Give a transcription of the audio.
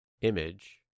image